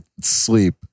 sleep